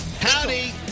Howdy